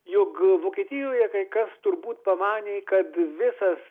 jog vokietijoje kai kas turbūt pamanė kad visas